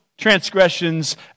transgressions